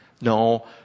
No